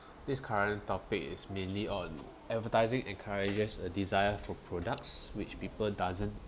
this current topic is mainly on advertising encourages a desire for products which people doesn't